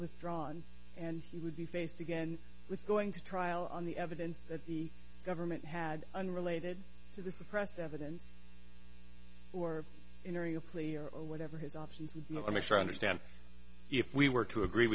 withdrawn and he would be faced again with going to trial on the evidence that the government had unrelated to the suppress evidence or entering a plea or whatever his options would move i make sure i understand if we were to agree